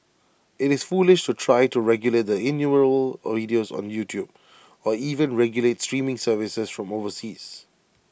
IT is foolish to try to regulate the innumerable videos on YouTube or even regulate streaming services from overseas